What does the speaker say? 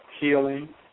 healing